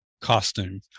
costume